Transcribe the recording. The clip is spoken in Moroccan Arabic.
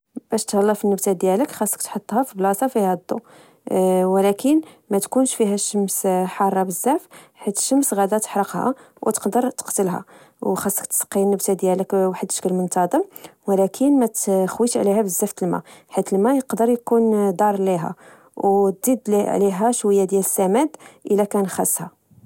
باش تهلا في بالنبتة ديالك،، خاصك تحطها في بلاصة فيها الضو، و لكن متكونش فيها الشمس حارة بزاف، حيت الشمس غدا تحرقها و تقدر تقتلها، و خاصك تسقي النبتة ديالك بواحد الشكل منتظم، و لكن ماتخويش عليها بزاف، حيت الما حيت لما يقدر يكون دار ليها و تزيد لي عليها شوية ديال السماد، إذا كان خصها